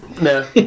No